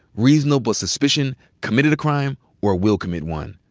reasonable suspicion committed a crime or will commit one.